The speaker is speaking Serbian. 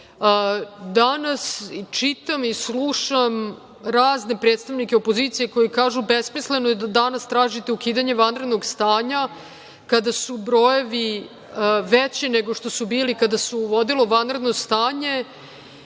veći. Danas čitam i slušam razne predstavnike opozicije koji kažu – besmisleno je da danas tražite ukidanje vanrednog stanja kada su brojevi veći nego što su bili kada se uvodilo vanredno stanje.